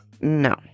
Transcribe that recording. No